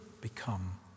become